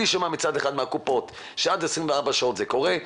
אני שומע מצד אחד מהקופות שעד 24 שעות זה קורה,